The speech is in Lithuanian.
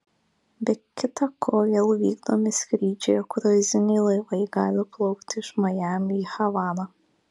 be kita ko vėl vykdomi skrydžiai o kruiziniai laivai gali plaukti iš majamio į havaną